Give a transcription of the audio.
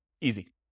Easy